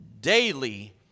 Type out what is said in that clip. daily